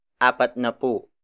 apatnapu